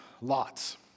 lots